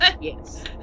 yes